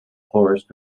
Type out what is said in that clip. flourished